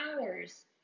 hours